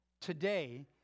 Today